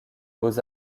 beaux